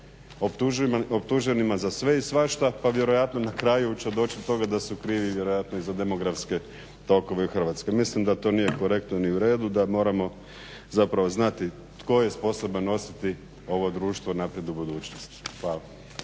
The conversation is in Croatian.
optuženima za sve i svašta pa vjerojatno na kraju će doći do toga da su krivi vjerojatno i za demografske tokove u Hrvatskoj. Mislim da to nije konkretno ni u redu, da moramo zapravo znati tko je sposoban nositi ovo društvo naprijed u budućnost. Hvala.